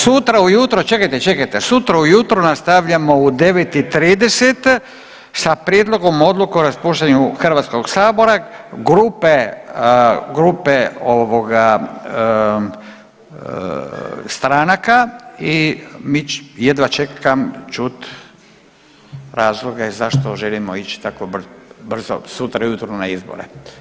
Sutra ujutro, čekajte, čekajte, sutra ujutro nastavljamo u 9,30 sa Prijedlogom odluke o raspuštanju HS-a, grupe stranaka i jedva čekam čut razloge zašto želimo ići tako brzo sutra ujutro na izbore.